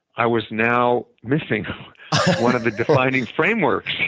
i was now missing one of the defining frameworks.